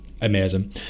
amazing